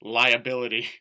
liability